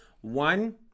One